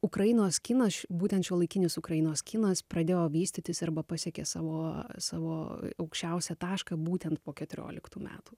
ukrainos kinas būtent šiuolaikinis ukrainos kinas pradėjo vystytis arba pasiekė savo savo aukščiausią tašką būtent po keturioliktų metų